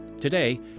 Today